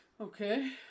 Okay